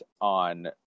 on